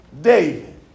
David